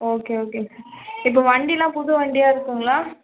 okay okay இப்போ வண்டிலாம் புது வண்டியாக இருக்கும்ங்களா